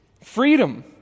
Freedom